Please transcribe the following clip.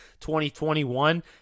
2021